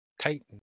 Titan